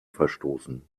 verstoßen